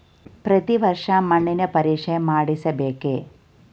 ಪ್ರತಿ ವರ್ಷ ಮಣ್ಣಿನ ಪರೀಕ್ಷೆ ಮಾಡಿಸಬೇಕೇ?